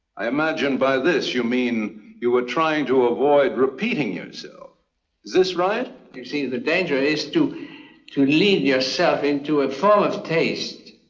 i imagine by this you mean you were trying to avoid repeating yourself. is this right? you see, the danger is to to lead yourself into a false taste.